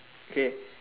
K